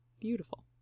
beautiful